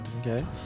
Okay